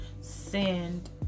send